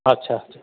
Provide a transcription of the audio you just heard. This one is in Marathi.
अच्छा अच्छा